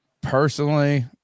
personally